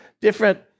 different